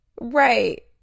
Right